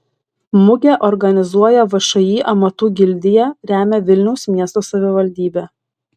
mugę organizuoja všį amatų gildija remia vilniaus miesto savivaldybė